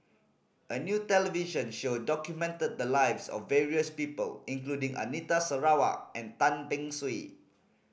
a new television show documented the lives of various people including Anita Sarawak and Tan Beng Swee